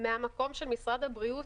מהמקום של משרד הבריאות,